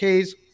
Ks